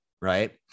Right